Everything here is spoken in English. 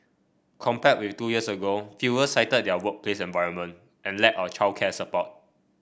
compared with two years ago fewer cited their workplace environment and lack or childcare support